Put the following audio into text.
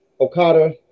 Okada